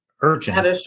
urgent